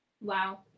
Wow